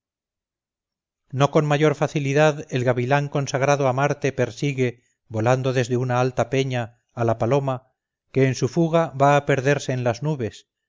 no con mayor facilidad el gavilán consagrado a marte persigue volando desde una alta peña a la paloma que en su fuga va a perderse en las nubes